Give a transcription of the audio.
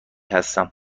هستم